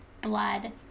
blood